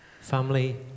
family